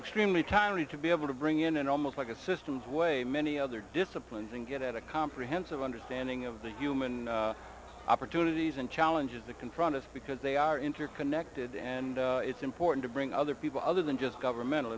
extremely timely to be able to bring in an almost like a systems way many other disciplines and get a comprehensive understanding of the human opportunities and challenges that confront us because they are interconnected and it's important to bring other people other than just governmental